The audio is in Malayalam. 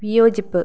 വിയോജിപ്പ്